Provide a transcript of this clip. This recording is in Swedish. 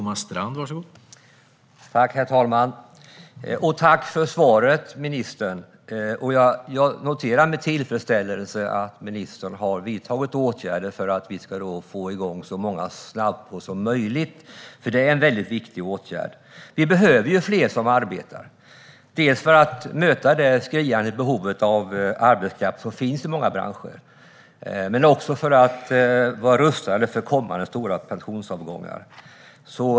Herr talman! Jag tackar ministern för svaret. Jag noterar med tillfredsställelse att ministern har vidtagit åtgärder för att vi ska få igång så många snabbspår som möjligt, för dessa åtgärder är väldigt viktiga. Vi behöver fler som arbetar, både för att möta det skriande behov av arbetskraft som finns i många branscher och för att vara rustade för kommande stora pensionsavgångar.